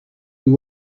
you